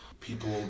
people